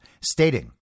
stating